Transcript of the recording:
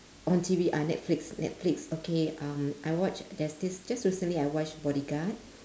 on T_V ah netflix netflix okay um I watch there's this just recently I watched bodyguard